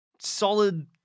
solid